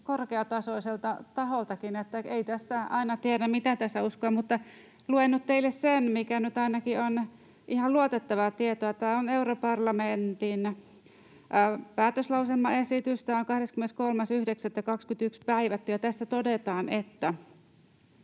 korkeatasoisilta tahoiltakin, niin että ei tässä aina tiedä, mitä tässä uskoa. Luen nyt teille sen, mikä nyt ainakin on ihan luotettavaa tietoa — tämä on europarlamentin päätöslauselmaesitys, 23.9.21 päivätty, ja tässä todetaan: